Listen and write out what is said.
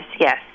yes